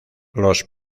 los